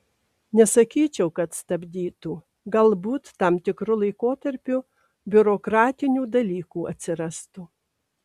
nesakyčiau kad stabdytų galbūt tam tikru laikotarpiu biurokratinių dalykų atsirastų